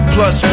Plus